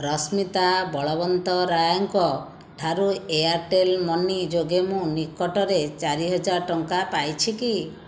ରାଶ୍ମିତା ବଳବନ୍ତରାୟଙ୍କ ଠାରୁ Airtel money ଯୋଗେ ମୁଁ ନିକଟରେ ଚାରିହଜାର ଟଙ୍କା ପାଇଛି କି